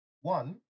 One